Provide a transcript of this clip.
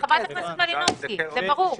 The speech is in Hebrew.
חברת הכנסת מלינובסקי, זה ברור.